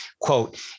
quote